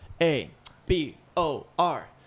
A-B-O-R